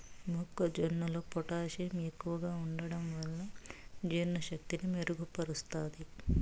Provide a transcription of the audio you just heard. మొక్క జొన్నలో పొటాషియం ఎక్కువగా ఉంటడం వలన జీర్ణ శక్తిని మెరుగు పరుస్తాది